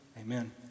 Amen